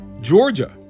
Georgia